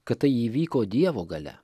kad tai įvyko dievo galia